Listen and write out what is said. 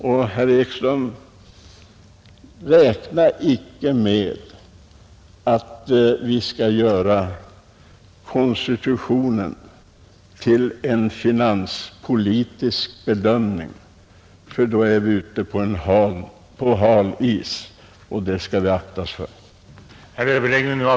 Och, herr Ekström, räkna icke med att vi skall göra konstitutionen till föremål för en finanspolitisk bedömning, för då är vi ute på hal is, och det skall vi akta oss för. 3. att i avvaktan på utredningens resultat förlänga giltigheten av likviditetsoch kassakvotslagen samt placeringskvotslagen till och med utgången av juni 1972. riksdagen skulle i skrivelse till Kungl. Maj:t uttala att garantilånen vad beträffade jordförvärvsoch rationaliseringslånen skulle gå utanför den kvot som riksbanken beslutat och alltså vara oberoende av den ökade inlåningen,